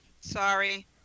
Sorry